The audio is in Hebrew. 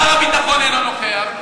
שר הביטחון אינו נוכח,